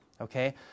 Okay